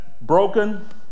broken